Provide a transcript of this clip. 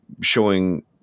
showing